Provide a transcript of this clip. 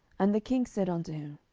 and the king said unto